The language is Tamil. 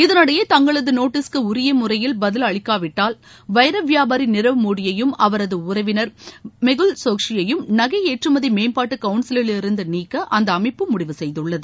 இதனிடையே தங்களது நோட்டிகக்கு உரிய முறையில் பதில் அளிக்காவிட்டால் வைர வியாபாரி நிரவ் மோடியையும் அவரது உறவினர் மெகுல் சோக்ஸியையும் நகை ஏற்றுமதி மேம்பாட்டு கவுன்சிலிலிருந்து நீக்க அந்த அமைப்பு முடிவு செய்துள்ளது